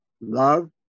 Love